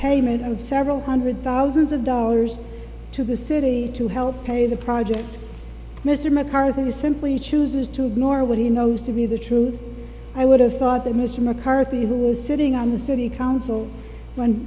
payment and several hundred thousands of dollars to the city to help pay the project mr mccarthy simply chooses to ignore what he knows to be the truth i would have thought that mr mccarthy who was sitting on the city council when